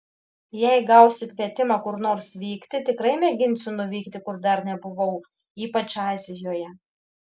jei gausiu kvietimą kur nors vykti tikrai mėginsiu nuvykti kur dar nebuvau ypač azijoje